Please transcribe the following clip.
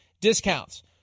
discounts